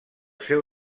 seu